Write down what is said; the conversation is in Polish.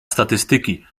statystyki